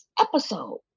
episode